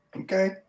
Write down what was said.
Okay